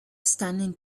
stunning